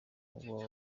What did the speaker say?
ubu